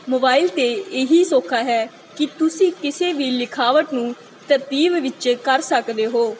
mobile 'ਤੇ ਇਹ ਹੀ ਸੌਖਾ ਹੈ ਕਿ ਤੁਸੀਂ ਕਿਸੇ ਵੀ ਲਿਖਾਵਟ ਨੂੰ ਤਰਤੀਬ ਵਿੱਚ ਕਰ ਸਕਦੇ ਹੋ